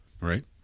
Right